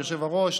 היושב-ראש,